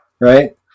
Right